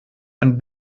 ein